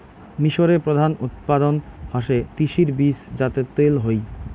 মিশরে প্রধান উৎপাদন হসে তিসির বীজ যাতে তেল হই